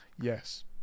yes